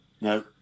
No